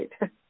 right